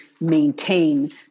maintain